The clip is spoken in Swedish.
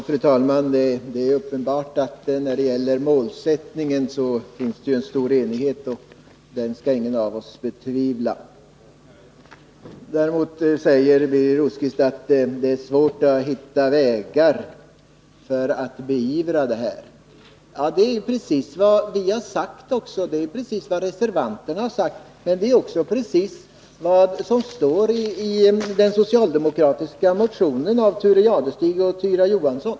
Fru talman! Det är uppenbart att det råder stor enighet när det gäller målsättningen, och den skall ingen av oss betvivla. Birger Rosqvist säger att det är svårt att hitta vägar att beivra onykterhet till sjöss. Det är precis vad vi reservanter har sagt och vad som står i den socialdemokratiska motionen av Thure Jadestig och Tyra Johansson.